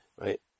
Right